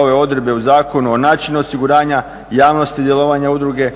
ove odredbe u zakonu o načinu osiguranja javnosti djelovanja udruge,